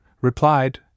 replied